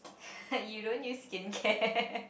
you don't use skincare